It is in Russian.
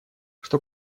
что